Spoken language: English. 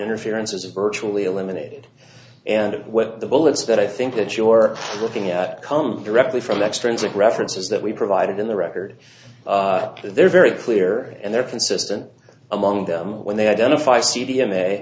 interference is virtually eliminated and what the bullets but i think that you're looking at come directly from extrinsic references that we provided in the record they're very clear and they're consistent among them when they identify c d m a